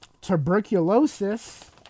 tuberculosis